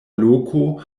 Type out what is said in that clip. loko